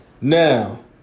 Now